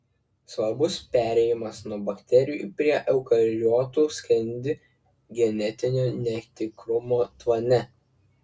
svarbus perėjimas nuo bakterijų prie eukariotų skendi genetinio netikrumo tvane